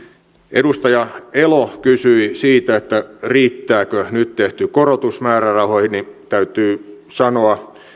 edustaja elo kysyi siitä riittääkö nyt tehty korotus määrärahoihin täytyy sanoa